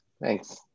Thanks